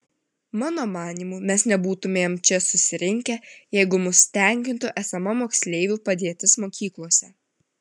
mano manymu mes nebūtumėm čia susirinkę jeigu mus tenkintų esama moksleivių padėtis mokyklose